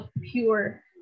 pure